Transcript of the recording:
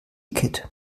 kit